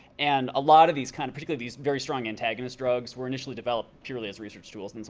and a lot of these kind of, particularly these very strong antagonist drugs, were initially developed purely as research tools. and